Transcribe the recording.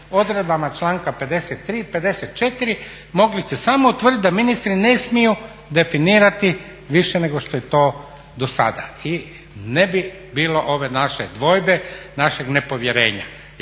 odredbama članka 53., 54. mogli ste samo utvrditi da ministri ne smiju definirati više nego što je to dosada i ne bi bilo ove naše dvojbe, našeg nepovjerenja